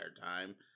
time